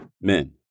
men